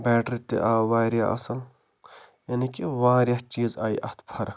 battery تہِ آو واریاہ اصٕل یعنی کہ واریاہ چیٖز آیہِ اتھ فرق